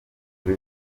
kuri